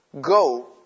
go